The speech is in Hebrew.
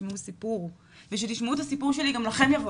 שתשמעו סיפור וכשתשמעו את הסיפור שלי גם לכם יבוא